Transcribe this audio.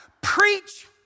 Preach